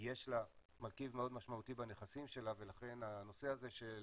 יש לה מרכיב מאוד משמעותי בנכסים שלה ולכן הנושא הזה של